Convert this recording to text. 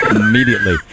immediately